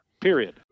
period